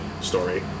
story